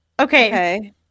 Okay